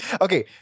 Okay